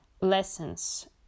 lessons